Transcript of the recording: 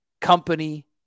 company